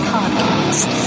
Podcast